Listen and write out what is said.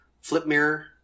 flip-mirror